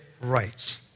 rights